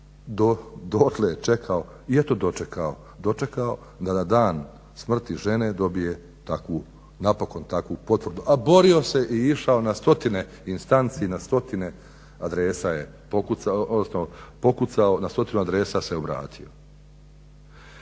dočekao da na dan smrti žene dobije napokon takvu potvrdu, a borio se i išao na stotine instanci, na stotine adrese je pokucao,